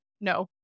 no